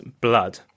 blood